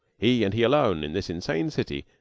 he, and he alone, in this insane city,